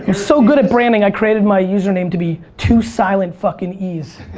and so good at branding i created my username to be two silent fucking e's.